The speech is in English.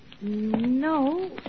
No